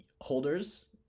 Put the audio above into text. holders